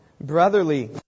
Brotherly